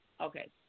Okay